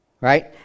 right